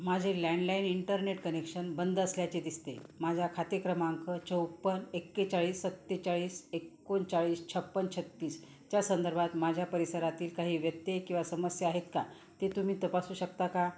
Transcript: माझे landline internet connection बंद असल्याचे दिसते माझा खाते क्रमांक चोपन्न एकेचाळीस सत्तेचाळीस एकोणचाळीस छप्पन्न छत्तीस च्या संदर्भात माझ्या परिसरातील काही व्यत्यय किंवा समस्या आहेत का ते तुम्ही तपासू शकता का